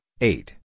eight